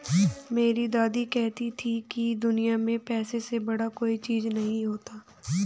मेरी दादी कहती थी कि दुनिया में पैसे से बड़ा कोई चीज नहीं होता